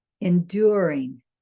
enduring